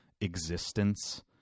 existence